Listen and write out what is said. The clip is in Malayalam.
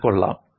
അത് കൊള്ളാം